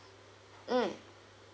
mm